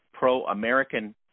Pro-American